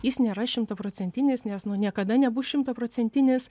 jis nėra šimtaprocentinis nes nu niekada nebus šimtaprocentinis